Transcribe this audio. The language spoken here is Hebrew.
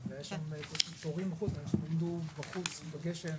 -- והיו שם תורים בחוץ, אנשים עמדו בחוץ בגשם.